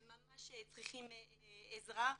הם ממש צריכים עזרה.